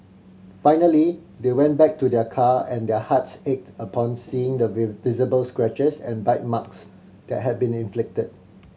finally they went back to their car and their hearts ached upon seeing the visible scratches and bite marks that had been inflicted